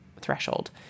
threshold